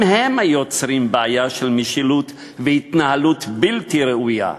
הם-הם היוצרים בעיה של משילות והתנהלות בלתי ראויה.